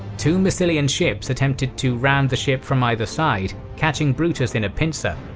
two massilians ships attempted to ram the ship from either side, catching brutus in a pincer.